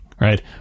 right